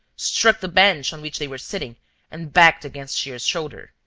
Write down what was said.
struck the bench on which they were sitting and backed against shears's shoulder.